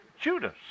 Judas